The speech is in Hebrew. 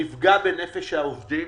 נפגע בנפש העובדים,